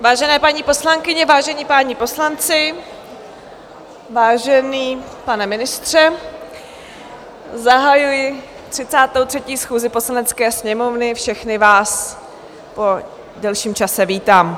Vážené paní poslankyně, vážení páni poslanci, vážený pane ministře, zahajuji 33. schůzi Poslanecké sněmovny, všechny vás po delším čase vítám.